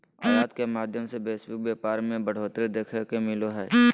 आयात के माध्यम से वैश्विक व्यापार मे बढ़ोतरी देखे ले मिलो हय